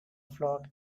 flock